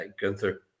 Gunther